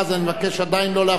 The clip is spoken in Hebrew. עדיין יש לו סיכוי גדול,